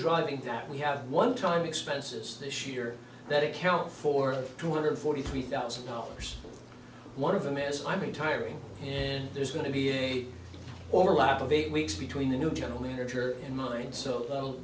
driving that we have one time expenses this year that account for two hundred forty three thousand dollars one of them is i'm retiring and there's going to be a overlap of eight weeks between the new general manager and mine so